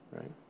right